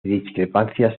discrepancias